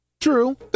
True